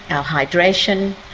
our hydration,